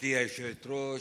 גברתי היושבת-ראש,